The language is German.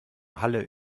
halle